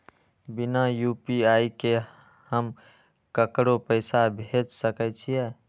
बिना यू.पी.आई के हम ककरो पैसा भेज सके छिए?